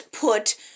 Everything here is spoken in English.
put